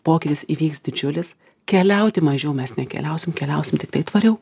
pokytis įvyks didžiulis keliauti mažiau mes nekeliausim keliausim tiktai tvariau